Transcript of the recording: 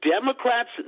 Democrats